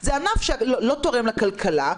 זה ענף שלא תורם לכלכלה,